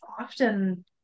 often